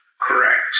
correct